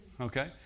Okay